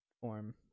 form